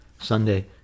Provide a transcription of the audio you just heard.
Sunday